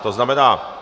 To znamená...